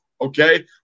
Okay